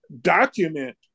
document